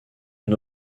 une